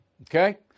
Okay